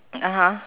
(uh huh)